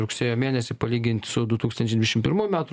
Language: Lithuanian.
rugsėjo mėnesį palygint su du tūkstančiai dvidešim pirmų